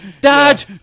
Dad